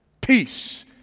peace